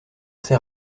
s’est